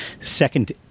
Second